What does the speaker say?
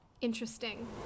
interesting